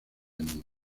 niña